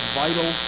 vital